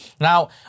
Now